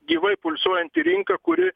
gyvai pulsuojant į rinką kuri